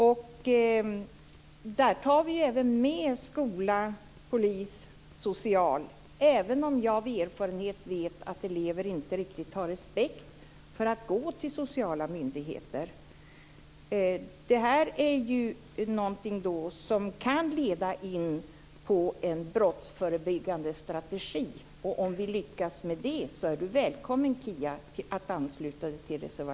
I det här tar vi även med skolan, polisen och socialen, även om jag av erfarenhet vet att elever inte riktigt har respekt för att man går till sociala myndigheter. Det här är någonting som kan leda in på en brottsförebyggande strategi. Om vi lyckas med det är Kia